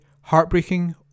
Heartbreaking